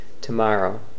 tomorrow